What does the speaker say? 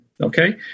okay